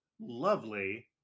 lovely